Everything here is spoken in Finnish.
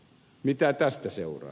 mitä tästä seuraa